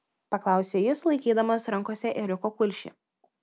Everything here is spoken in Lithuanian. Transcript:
paklausė jis laikydamas rankose ėriuko kulšį